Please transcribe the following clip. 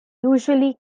usually